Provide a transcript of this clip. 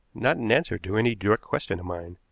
not in answer to any direct question of mine,